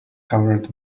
covered